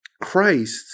Christ